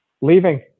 leaving